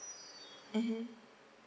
mmhmm